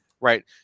right